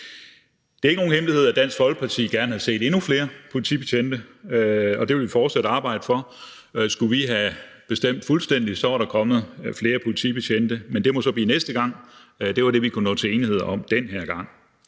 Det er ikke nogen hemmelighed, at Dansk Folkeparti gerne havde set endnu flere politibetjente, og det vil vi fortsat arbejde for. Skulle vi have bestemt fuldstændig, var der kommet flere politibetjente, men det må så blive næste gang. Det her var det, vi kunne nå til enighed om den her gang.